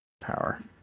Power